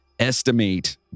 estimate